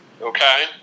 Okay